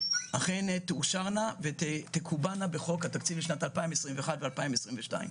אכן תאושרנה ותקובענה בחוק התקציב לשנת 2021 ו-2022.